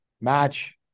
match